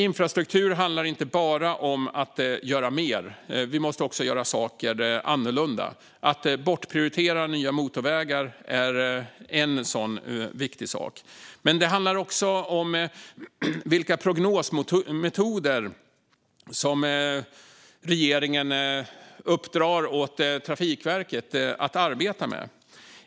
Infrastruktur handlar som sagt inte bara om att göra mer, utan vi måste också göra saker annorlunda. Att bortprioritera nya motorvägar är en sådan viktig sak. Men det handlar också om vilka prognosmetoder som regeringen uppdrar åt Trafikverket att arbeta med.